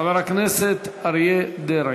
חבר הכנסת אריה דרעי.